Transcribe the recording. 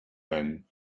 then